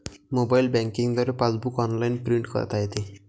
mobile banking द्वारे passbook online print करता येते